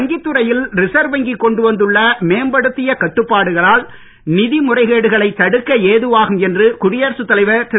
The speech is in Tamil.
வங்கித்துறையில் ரிசர்வ் வங்கி கொண்டு வந்துள்ள மேம்படுத்திய கட்டுப்பாடுகளால் நிதி முறைகேடுகளை தடுக்க ஏதுவாகும் என்று குடியரசுத் தலைவர் திரு